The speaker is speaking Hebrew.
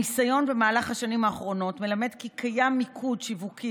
הניסיון במהלך השנים האחרונות מלמד כי קיים מיקוד שיווקי